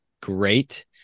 great